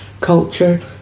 culture